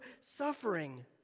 suffering